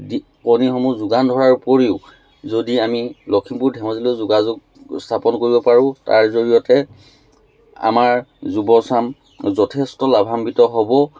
দি কণীসমূহ যোগান ধৰাৰ উপৰিও যদি আমি লখিমপুৰ ধেমাজিলৈও যোগাযোগ স্থাপন কৰিব পাৰোঁ তাৰ জৰিয়তে আমাৰ যুৱচাম যথেষ্ট লাভাম্বিত হ'ব